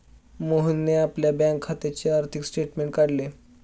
मोहनने आपल्या बँक खात्याचे आर्थिक स्टेटमेंट काढले